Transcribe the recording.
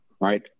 right